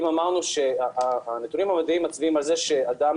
אם אמרנו שהנתונים המדעיים מצביעים על זה שאדם